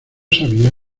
sabía